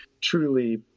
truly